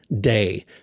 day